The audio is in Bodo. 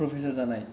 प्रफेसर जानाय